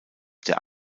der